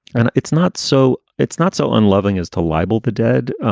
and it's not so it's not so unloving as to libel the dead.